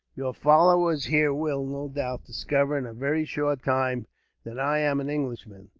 your followers here will, no doubt, discover in a very short time that i am an englishman.